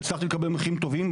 הצלחתי לקבל מחירים טובים,